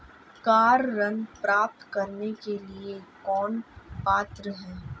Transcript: Car ऋण प्राप्त करने के लिए कौन पात्र है?